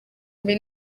mbe